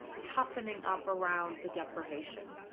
toughening up around the deprivation.